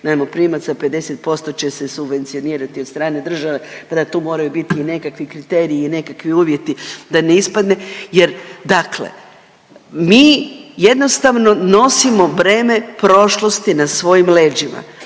najmoprimac, a 50% će se subvencionirati od strane države da tu moraju biti nekakvi kriteriji i nekakvi uvjeti da ne ispadne jer dakle, mi jednostavno nosimo breme prošlosti na svojim leđima,